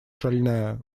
шальная